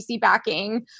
backing